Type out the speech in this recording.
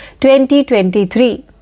2023